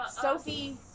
Sophie